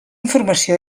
informació